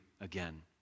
again